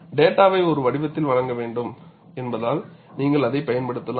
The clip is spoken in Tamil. டேட்டாவை ஒரு வடிவத்தில் வழங்க வேண்டும் என்பதால் நீங்கள் அதைப் பயன்படுத்தலாம்